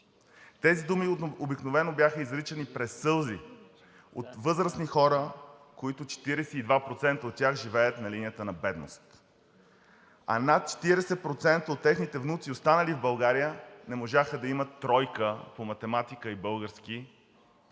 Тези думи обикновено бяха изричани през сълзи от възрастни хора, от които 42% живеят на линията на бедност, а над 40% от техните внуци, останали в България, не можаха да имат тройка по математика и български